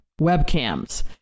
webcams